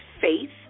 faith